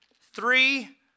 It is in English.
three